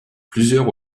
plusieurs